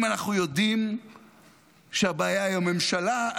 אם אנחנו יודעים שהבעיה היא הממשלה,